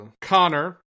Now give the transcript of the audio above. Connor